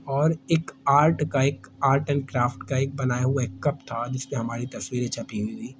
اور ایک آرٹ کا ایک آرٹ اینڈ کرافٹ کا ایک بنایا ہوا ایک کپ تھا جس میں ہماری تصویریں چھپی ہوئی تھی